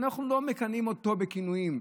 אנחנו לא מכנים אותו בכינויים,